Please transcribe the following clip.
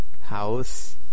house